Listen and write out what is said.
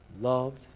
loved